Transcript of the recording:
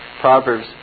Proverbs